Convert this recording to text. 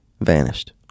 Vanished